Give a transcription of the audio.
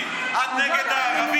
מה לעשות?